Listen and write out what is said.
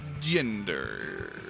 Gender